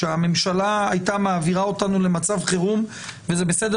שהממשלה הייתה מעבירה אותנו למצב חירום וזה בסדר